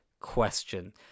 question